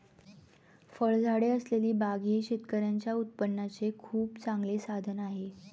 फळझाडे असलेली बाग ही शेतकऱ्यांच्या उत्पन्नाचे खूप चांगले साधन आहे